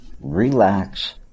relax